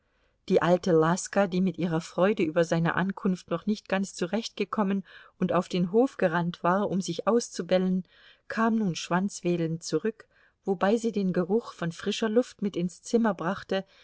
die alte laska die mit ihrer freude über seine ankunft noch nicht ganz zurechtgekommen und auf den hof gerannt war um sich auszubellen kam nun schwanzwedelnd zurück wobei sie den geruch von frischer luft mit ins zimmer brachte